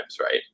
right